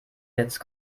jetzt